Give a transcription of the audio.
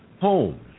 home